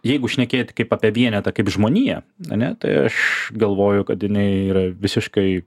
jeigu šnekėt kaip apie vienetą kaip žmoniją ane tai aš galvoju kad jinai yra visiškai